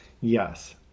Yes